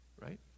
Right